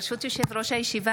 ברשות יושב-ראש הישיבה,